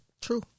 True